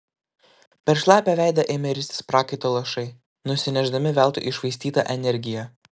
per šlapią veidą ėmė ristis prakaito lašai nusinešdami veltui iššvaistytą energiją